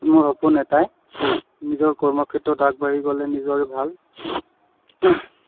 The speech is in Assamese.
মোৰ সপোন এটাই নিজৰ কৰ্মক্ষেত্ৰত আগবাঢ়ি গ'লে নিজৰে ভাল